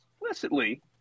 explicitly